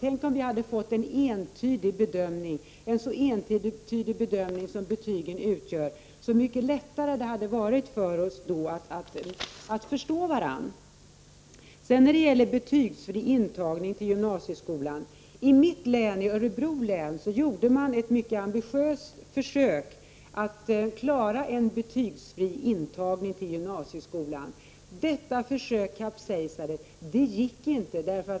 Tänk om vi hade fått en entydig bedömning, en så entydig bedömning som betyg utgör, så mycket lättare det hade varit för oss att förstå varandra. I mitt län, Örebro län, gjorde man ett mycket ambitiöst försök att klara en betygsfri intagning till gymnasieskolan. Detta försök kapsejsade. Det gick inte.